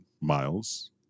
Miles